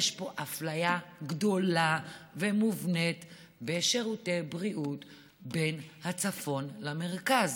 יש פה אפליה גדולה ומובנית בשירותי בריאות בין הצפון למרכז.